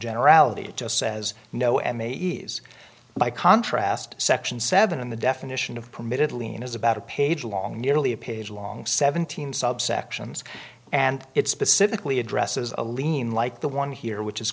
generality it just says no and the ease by contrast section seven in the definition of permitted lean is about a page long nearly a page long seventeen subsections and it specifically addresses a lien like the one here which is